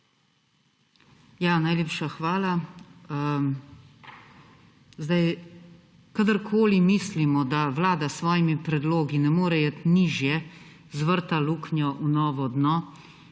Najlepša hvala. Kadarkoli mislimo, da Vlada s svojimi predlogi ne more iti nižje, izvrta luknjo v novo dno.